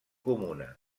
comuna